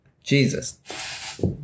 jesus